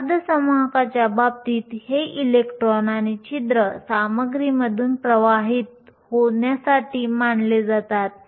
अर्धसंवाहकाच्या बाबतीत हे इलेक्ट्रॉन आणि छिद्र सामग्रीमधून प्रवाहित होण्यासाठी मांडले जातात